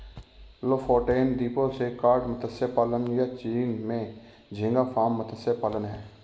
Lofoten द्वीपों से cod मत्स्य पालन, या चीन में झींगा फार्म मत्स्य पालन हैं